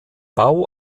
bau